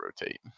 rotate